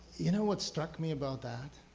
you know what struck me about that?